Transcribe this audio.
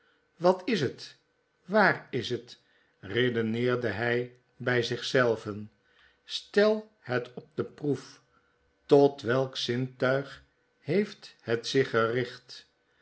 wat is het waar is net redeneerdehy by zich zelven stel het op de proef tot welk zintuig heeft het zich gericht